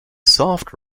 soft